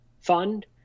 fund